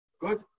Good